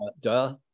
Duh